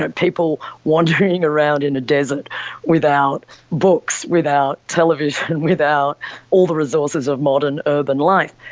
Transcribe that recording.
ah people wandering around in a desert without books, without television, without all the resources of modern urban life.